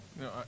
No